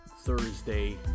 thursday